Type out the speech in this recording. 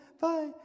Bye